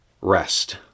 rest